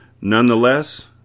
Nonetheless